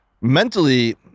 mentally